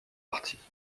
partis